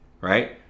right